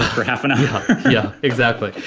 for half an hour yeah, exactly.